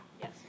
Yes